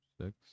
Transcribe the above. six